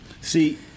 See